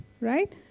right